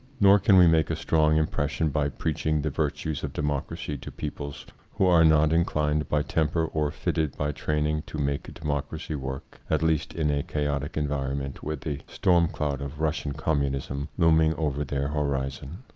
nor can we make a strong impression by preaching the virtues of democracy to peo ples so who are not in clined by temper or fitted by training to make democracy work at least in a chaotic environment with the storm cloud of rus sian communism looming over their horizon.